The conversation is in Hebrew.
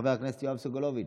חבר הכנסת יואב סגלוביץ'